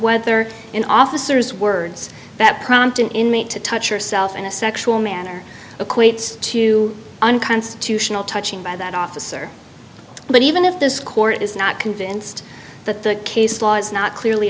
whether in officers words that prompt an inmate to touch yourself in a sexual manner equates to unconstitutional touching by that officer but even if this court is not convinced that the case law is not clearly